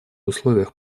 условиях